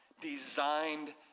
designed